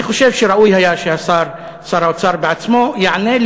אני חושב שראוי היה ששר האוצר בעצמו יענה,